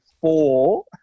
four